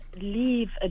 leave